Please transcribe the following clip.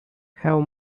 have